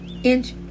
inch